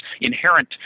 inherent